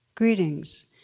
Greetings